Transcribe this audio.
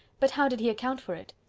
but how did he account for it?